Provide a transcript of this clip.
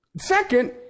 Second